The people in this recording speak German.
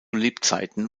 lebzeiten